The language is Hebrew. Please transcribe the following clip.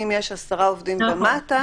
אם יש עשרה עובדים ומטה,